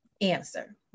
answer